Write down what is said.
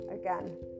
Again